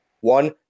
one